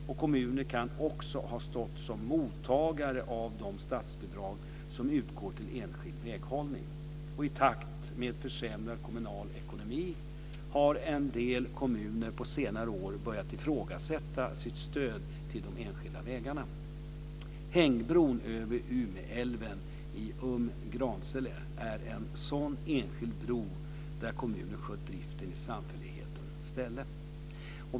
Kommuner kan också ha stått som mottagare av de statsbidrag som utgår till enskild väghållning. I takt med försämrad kommunal ekonomi har en del kommuner på senare år börjat ifrågasätta sitt stöd till de enskilda vägarna. Hängbron över Umeälven i Umgransele är en sådan enskild bro där kommunen skött driften i samfällighetens ställe.